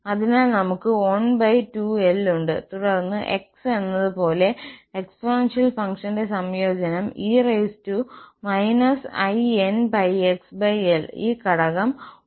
അതിനാൽ നമ്മൾക്ക് 12l ഉണ്ട് തുടർന്ന് x എന്നത് പോലെ എക്സ്പോണൻഷ്യൽ ഫംഗ്ഷന്റെ സംയോജനം e inπxl ഈ ഘടകം 1−inπl